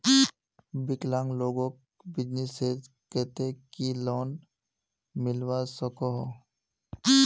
विकलांग लोगोक बिजनेसर केते की लोन मिलवा सकोहो?